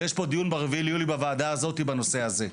ויש פה דיון ב-4 ביולי בוועדה הזאת בנושא הזה.